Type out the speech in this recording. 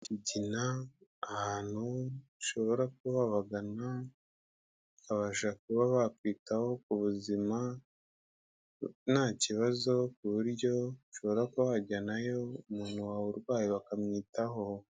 Kigina ahantu ushobora kuba wabagana bakabasha kuba bakwitaho ku buzima nta kibazo, ku buryo ushobora kuba wajyanayo umuntu wawe urwaye bakamwitaho.